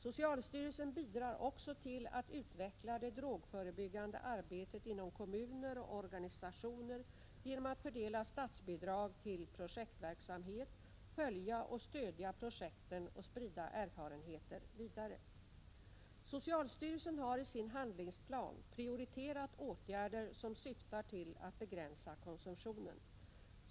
Socialstyrelsen bidrar också till att utveckla det drogförebyggande arbetet inom kommuner och organisationer genom att fördela statsbidrag till projektverksamhet, följa och stödja projekten och sprida erfarenheter vidare. Socialstyrelsen har i sin handlingsplan prioriterat åtgärder som syftar till att begränsa konsumtionen.